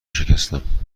شکستم